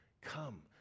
come